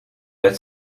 red